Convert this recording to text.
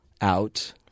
out